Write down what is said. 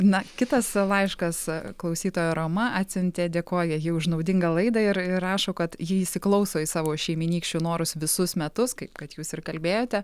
na kitas laiškas klausytoja roma atsiuntė dėkoja ji už naudingą laidą ir ir rašo kad ji įsiklauso į savo šeimynykščių norus visus metus kai kad jūs ir kalbėjote